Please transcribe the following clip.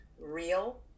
Real